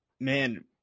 man